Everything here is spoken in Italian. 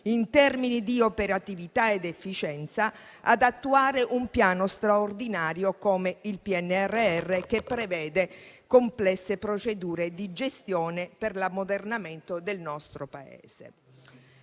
in termini di operatività ed efficienza, di attuare un piano straordinario come il PNRR, che prevede complesse procedure di gestione per l'ammodernamento del Paese.